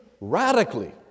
radically